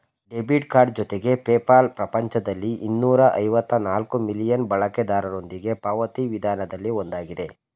debit card ಜೊತೆಗೆ PayPal ಪ್ರಪಂಚದಲ್ಲಿ ಇನ್ನೂರ ಐವತ್ತ ನಾಲ್ಕ್ ಮಿಲಿಯನ್ ಬಳಕೆದಾರರೊಂದಿಗೆ ಪಾವತಿ ವಿಧಾನದಲ್ಲಿ ಒಂದಾಗಿದೆ